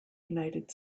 united